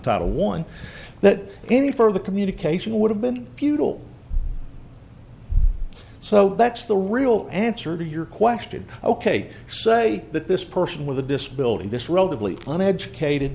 title one that any further communication would have been futile so that's the real answer to your question ok say that this person with a disability this relatively an educated